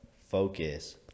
focus